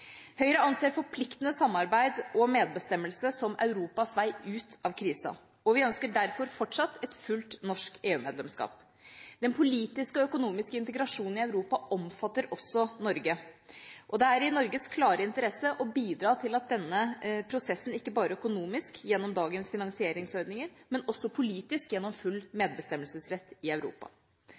Høyre anser forpliktende samarbeid og medbestemmelse som Europas vei ut av krisen. Vi ønsker derfor fortsatt et fullt norsk EU-medlemsskap. Den politiske og økonomiske integrasjonen i Europa omfatter også Norge. Det er i Norges klare interesse å bidra til at denne prosessen, ikke bare økonomisk, gjennom dagens finansieringsordninger, men også politisk, gjennom full medbestemmelsesrett i Europa.